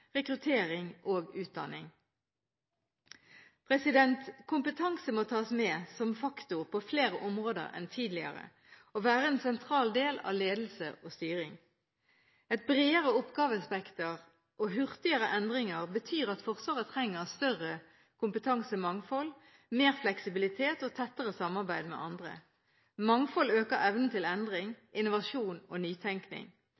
rekruttering og utdanning. Kompetanse må tas med som faktor på flere områder enn tidligere og være en sentral del av ledelse og styring. Et bredere oppgavespekter og hurtigere endringer betyr at Forsvaret trenger større kompetansemangfold, mer fleksibilitet og tettere samarbeid med andre. Mangfold øker evnen til